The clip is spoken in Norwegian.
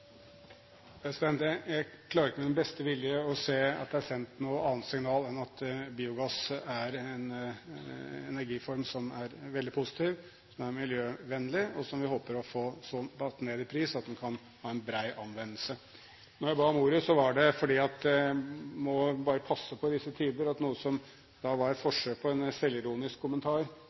Jeg klarer ikke med min beste vilje å se at det er sendt noe annet signal enn at biogass er en energiform som er veldig positiv, som er miljøvennlig, og som vi håper å få såpass ned i pris at den kan ha en bred anvendelse. Når jeg ba om ordet, var det fordi en i disse tider bare må passe på at noe som var et forsøk på en selvironisk kommentar,